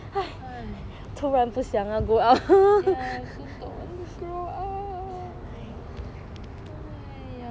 ya I also don't want to grow up !haiya!